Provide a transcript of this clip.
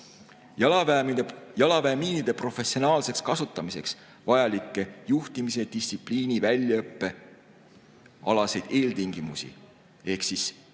Jalaväemiinide professionaalseks kasutamiseks vajalikud juhtimis‑, distsipliini‑ ja väljaõppealased eeltingimused on